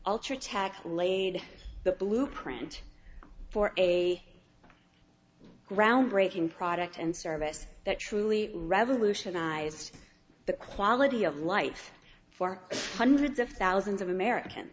ultratech has laid the blueprint for a groundbreaking product and service that truly revolutionized the quality of life for hundreds of thousands of american